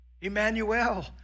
Emmanuel